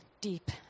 deep